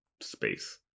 space